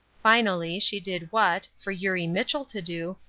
finally she did what, for eurie mitchell to do,